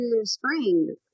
spring